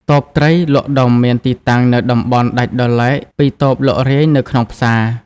តូបត្រី លក់ដុំមានទីតាំងនៅតំបន់ដាច់ដោយឡែកពីតូបលក់រាយនៅក្នុងផ្សារ។